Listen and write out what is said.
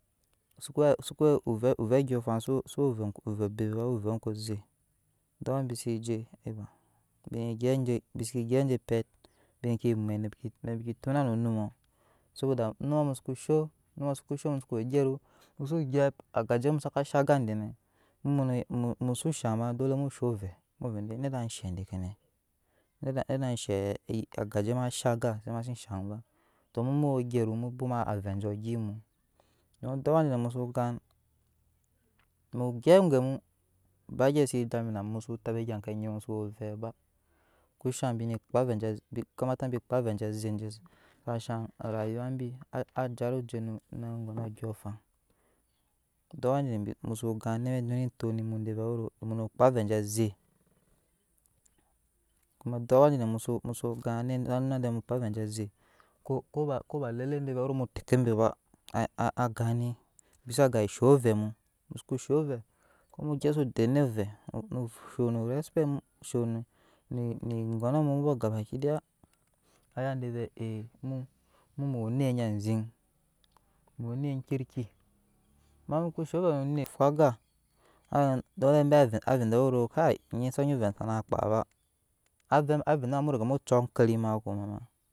Sukuwe sukuwe ovɛɛ. andyoɔɔfan suwe ovɛɛ ko bebe ba owe ovɛɛ ke ze duk awa be seje biseje biseke gyyep je pet beke mwet ne tona no anummo sedat mu soko show anummɔ soku show musuko we okyɛro agajemu saka shan aga dene mukose shan ba mu shop oveɛ vɛɛ nada shee deke nɛɛ ma da shee agajema shan agaa amaze shan ba to mu muwo gyero mu bwoma avɛɛ je kyemu duk awaje mus gan mu gyep gemu uba gyee si dami namu muso taba eggake nyi muso vep ba kusha bine kpaa avɛɛ kamatabi kpaa avɛɛ je zesu kamata orayuwa bi ajara oje eme oganɔ ondyɔɔnfan duk awa musu gan anet wa nuna etok me mu na vɛɛ ze aze kuba lele vɛɛ mu teke be ba aagann bisa ga shop ovɛɛ mu mu suko shop pvɛɛ kumu gyep so de onet vɛɛ funore respett mu shone gonɔ mu gaba kidaya aya de vɛɛ emuwe enet nye zen muwe onet kirki amma muso ko sho vɛɛ no onet fahaga aa dole be vɛɛ zanyi vɛɛ n sana kpaa ba avɛɛ mu rigya mu cu ankeli ko.